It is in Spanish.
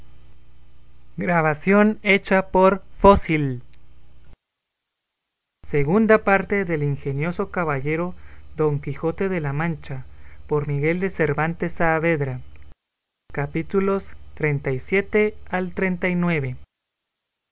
este libro de la segunda parte del ingenioso caballero don quijote de la mancha por miguel de cervantes saavedra y no